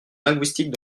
linguistique